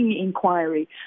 inquiry